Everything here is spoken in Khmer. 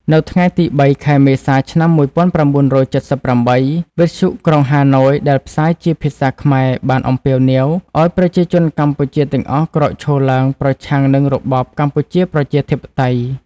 នៅថ្ងៃទី ៣ ខែមេសា ឆ្នាំ ១៩៧៨ វិទ្យុក្រុងហាណូយដែលផ្សាយជាភាសាខ្មែរបានអំពាវនាវឱ្យប្រជាជនកម្ពុជាទាំងអស់ក្រោកឈរឡើងប្រឆាំងនឹងរបបកម្ពុជាប្រជាធិបតេយ្យ។